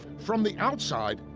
from the outside,